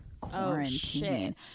quarantine